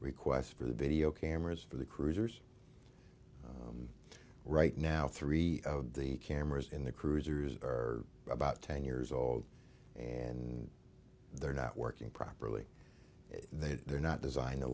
requests for the video cameras for the cruisers right now three of the cameras in the cruisers are about ten years old and they're not working properly they're not designed to